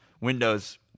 Windows